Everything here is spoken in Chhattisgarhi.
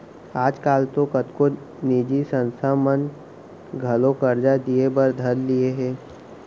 आज काल तो कतको निजी संस्था मन घलौ करजा दिये बर धर लिये हें